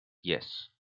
yes